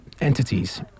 entities